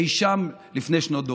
אי שם לפני שנות דור.